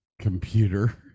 computer